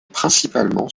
principalement